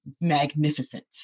magnificent